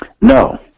No